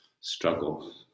struggle